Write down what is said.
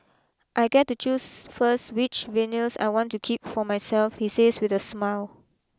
I get to choose first which vinyls I want to keep for myself he says with a smile